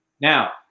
Now